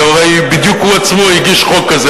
כי הרי בדיוק הוא עצמו הגיש חוק כזה,